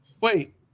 Wait